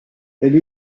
elle